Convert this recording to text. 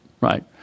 Right